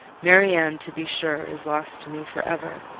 marianne to be sure is lost to me for ever.